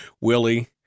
Willie